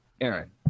Aaron